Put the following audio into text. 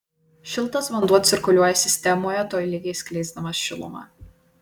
šiltas vanduo cirkuliuoja sistemoje tolygiai skleisdamas šilumą